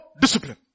discipline